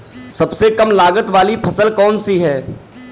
सबसे कम लागत वाली फसल कौन सी है?